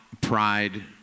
pride